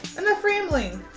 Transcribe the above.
enough rambling!